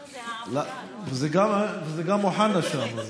זה גם אוחנה שם.